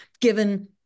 given